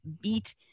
beat